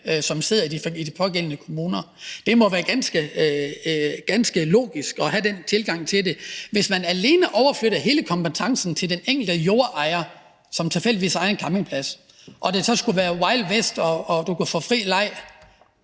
som sidder i de pågældende kommuner. Det må være ganske logisk at have den tilgang til det. Hvis man alene overflytter hele kompetencen til den enkelte jordejer, som tilfældigvis ejer en campingplads, og det så skulle være wild west og fri leg,